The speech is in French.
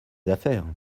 affaires